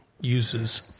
uses